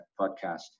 podcast